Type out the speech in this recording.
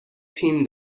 تیم